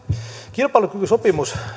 kilpailukykysopimus